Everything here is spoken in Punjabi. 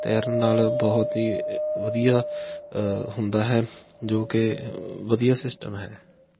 ਤੈਰਨ ਨਾਲ ਬਹੁਤ ਹੀ ਵਧੀਆ ਹੁੰਦਾ ਹੈ ਜੋ ਕਿ ਵਧੀਆ ਸਿਸਟਮ ਹੈ